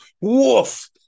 Woof